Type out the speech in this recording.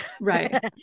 Right